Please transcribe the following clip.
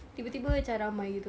tiba tiba macam ramai gitu